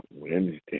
Wednesday